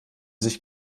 sich